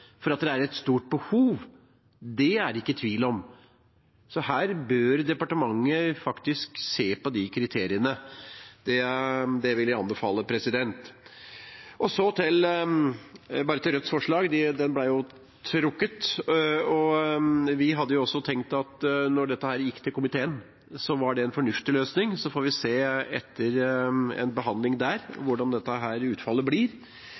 for at det er et stort behov, er det ikke tvil om. Så her bør departementet faktisk se på kriteriene. Det vil jeg anbefale. Så til Rødts forslag – det ble jo trukket. Vi har også tenkt at når redegjørelsen blir oversendt komiteen, var det en fornuftig løsning. Så får vi se hvordan utfallet blir etter en behandling der.